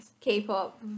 k-pop